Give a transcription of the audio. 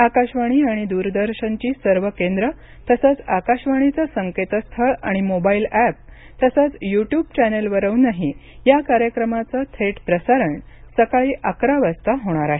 आकाशवाणी आणि दूरदर्शनची सर्व केंद्र तसंच आकाशवाणीच संकेतस्थळ आणि मोबाइल ऍप तसंच यू ट्यूब चॅनेलवरुनही या कार्यक्रमाच थेट प्रसारण सकाळी अकरा वाजता होणार आहे